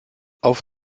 auf